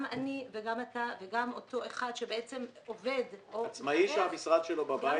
גם אני וגם אתה וגם אותו אחד שבעצם עובד --- עצמאי שהמשרד שלו בבית